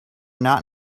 not